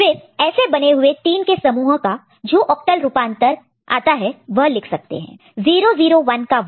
फिर ऐसे बने हुए 3 के समूह ग्रुप group का ऑक्टल रूपांतर ऑक्टल इक्विवेलेंट octal equivalent लिख सकते हैं